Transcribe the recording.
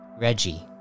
Reggie